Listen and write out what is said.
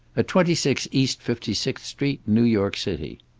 at twenty six east fifty sixth street, new york city.